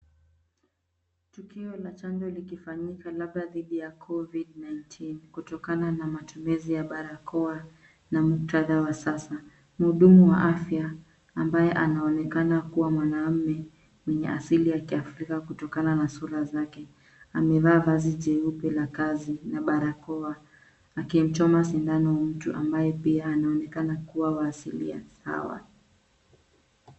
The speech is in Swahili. Tukio la chanjo likifanyika labda dhidi ya COVID 19 kutokana na matumizi ya barakoa na muktadha wa sasa. Mhudumu wa afya ambaye anaonekana kuwa mwanaume mwenye asili ya Kiafrika kutokana na sura zake, amevaa vazi jeupe la kazi na barakoa, akimchoma sindano mtu ambaye pia anaonekana kuwa wa asili sawa.